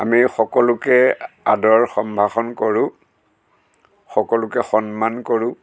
আমি সকলোকে আদৰ সম্ভাষণ কৰোঁ সকলোকে সন্মান কৰোঁ